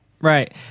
Right